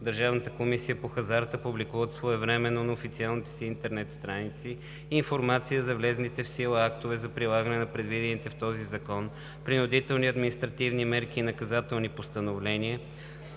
Държавната комисия по хазарта публикуват своевременно на официалните си интернет страници информация за влезлите в сила актове за прилагане на предвидените в този закон принудителни административни мерки и наказателни постановления,